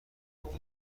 بده